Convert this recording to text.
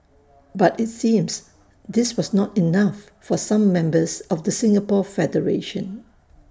but IT seems this was not enough for some members of the Singapore federation